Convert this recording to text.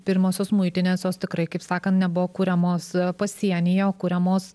pirmosios muitinės jos tikrai kaip sakant nebuvo kuriamos pasienyje kuriamos